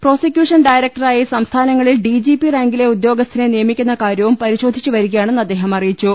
prosecution ഡയറക്ടറായി സംസ്ഥാനങ്ങളിൽ D G P റാങ്കിലെ ഉദ്യോഗസ്ഥനെ നിയമിക്കുന്ന കാര്യവും പരിശോധിച്ചുവരികയാണെന്ന് അദ്ദേഹം അറിയിച്ചു